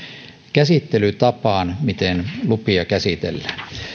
käsittelytapaan miten lupia käsitellään